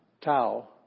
Tau